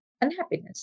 unhappiness